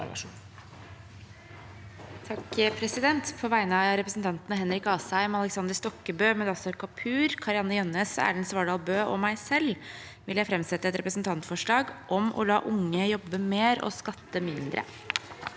(H) På vegne av repre- sentantene Henrik Asheim, Aleksander Stokkebø, Mudassar Kapur, Kari-Anne Jønnes, Erlend Svardal Bøe og meg selv vil jeg framsette et representantforslag om å la unge jobbe mer og skatte mindre.